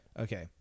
Okay